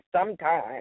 sometime